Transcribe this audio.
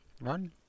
run